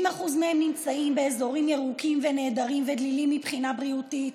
70% באזורים ירוקים ונהדרים ודלילים מבחינה בריאותית,